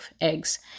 eggs